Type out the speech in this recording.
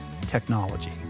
technology